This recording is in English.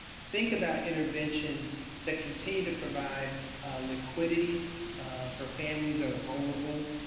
think about interventions that continue to provide liquidity for families that are vulnerable.